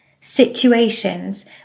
situations